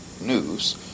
News